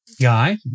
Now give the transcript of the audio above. Guy